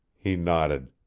he nodded.